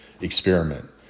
experiment